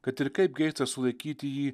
kad ir kaip geista sulaikyti jį